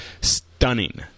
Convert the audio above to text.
stunning